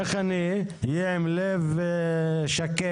איך אני אהיה עם לב שקט,